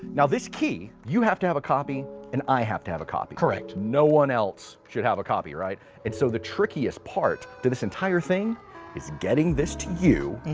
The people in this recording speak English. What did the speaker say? now this key, you have to have a copy and i have to have a copy. correct. no one else should have a copy, right? and so the trickiest part, to this entire thing is getting this to you,